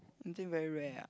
Hen-Jing very rare ah